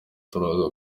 turaza